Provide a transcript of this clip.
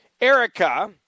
Erica